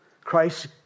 Christ